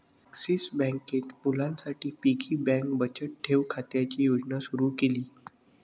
axis बँकेत मुलांसाठी piggy bank बचत ठेव खात्याची योजना सुरू केली